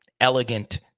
elegant